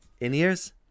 in-ears